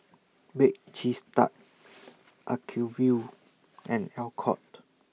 Bake Cheese Tart Acuvue and Alcott